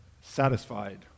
satisfied